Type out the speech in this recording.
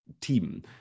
team